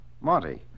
Monty